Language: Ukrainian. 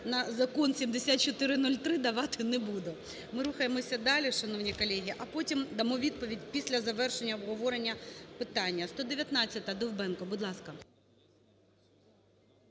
на закон 7403 давати не буду. Ми рухаємося далі, шановні колеги, а потім дамо відповідь, після завершення обговорення питання. 119-а,Довбенко, будь ласка.